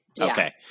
Okay